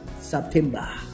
September